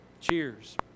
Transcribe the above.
cheers